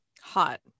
Hot